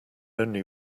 only